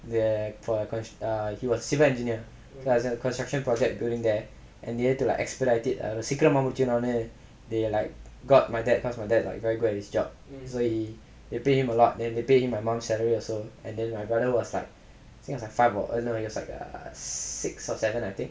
there for your question he was civil engineer there was a construction project building there and they had to like expedite it சீக்கரமா முடுச்சரனுனு:seekaramaa mudicharanunu they like got my dad cause my dad like very good at his job so he they paid him a lot and they paid him my mum's salary also and then my brother was like six and five or like six or seven I think